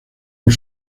por